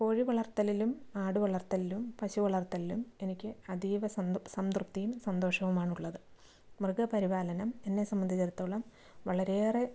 കോഴി വളർത്തലിലും ആടു വളർത്തലിലും പശു വളർത്തലിലും എനിക്ക് അതീവ സംതൃപ്തിയും സന്തോഷവുമാണ് ഉള്ളത് മൃഗപരിപാലനം എന്നെ സംബധിച്ചെടത്തോളം വളരെയേറെ